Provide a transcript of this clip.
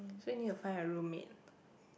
so you need to find a roommate